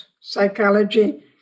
psychology